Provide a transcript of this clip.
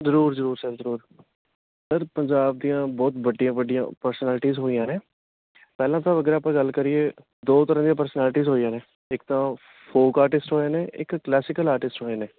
ਜ਼ਰੂਰ ਜ਼ਰੂਰ ਸਰ ਜ਼ਰੂਰ ਸਰ ਪੰਜਾਬ ਦੀਆਂ ਬਹੁਤ ਵੱਡੀਆਂ ਵੱਡੀਆਂ ਪਰਸਨੈਲਿਟੀਜ਼ ਹੋਈਆਂ ਨੇ ਪਹਿਲਾਂ ਤਾਂ ਅਗਰ ਆਪਾਂ ਗੱਲ ਕਰੀਏ ਦੋ ਤਰ੍ਹਾਂ ਦੀਆਂ ਪਰਸਨੈਲਿਟੀਜ਼ ਹੋਈਆਂ ਨੇ ਇੱਕ ਤਾਂ ਫੋਕ ਆਰਟਿਸਟ ਹੋਏ ਨੇ ਇੱਕ ਕਲਾਸੀਕਲ ਆਰਟਿਸਟ ਹੋਏ ਨੇ